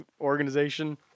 organization